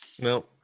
No